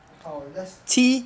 好 let's